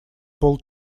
пол